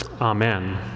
Amen